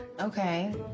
Okay